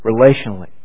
relationally